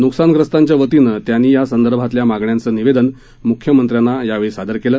नुकसानग्रस्तांच्या वतीनं त्यांनी या संदर्भातल्या मागण्यांचं निवेदन मुख्यमंत्र्यांना यावेळी सादर केलं